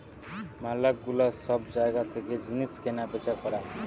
ম্যালা গুলা সব জায়গা থেকে জিনিস কেনা বেচা করা